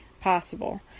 possible